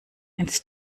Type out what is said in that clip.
ins